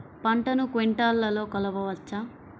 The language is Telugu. పంటను క్వింటాల్లలో కొలవచ్చా?